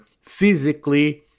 physically